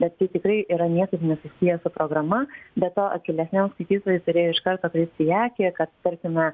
bet tai tikrai yra niekaip nesusiję su programa be to akylesniam skaitytojui turėjo iš karto kristi į akį kad tarkime